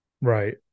Right